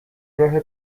راه